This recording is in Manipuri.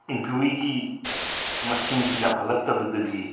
ꯏꯝꯄ꯭ꯂꯣꯏꯌꯤꯒꯤ ꯃꯁꯤꯡꯁꯤ ꯌꯥꯝꯍꯜꯂꯛꯇꯕꯗꯒꯤ